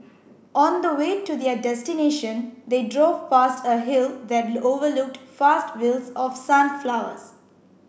on the way to their destination they drove past a hill that overlooked vast fields of sunflowers